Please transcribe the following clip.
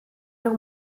noch